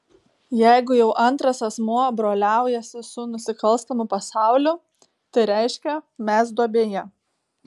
jeigu jau antras asmuo broliaujasi su nusikalstamu pasauliu tai reiškia mes duobėje